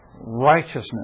righteousness